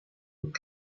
aux